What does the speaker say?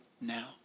now